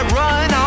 run